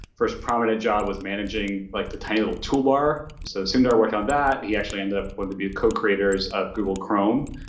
first prominent job was managing like the tiny little toolbar. so sundar worked on that. he actually ended up to be a co-creators of google chrome,